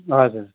हजुर